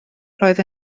roedd